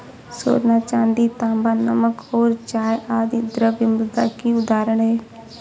सोना, चांदी, तांबा, नमक और चाय आदि द्रव्य मुद्रा की उदाहरण हैं